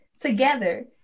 together